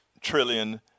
trillion